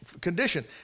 condition